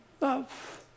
Love